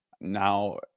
Now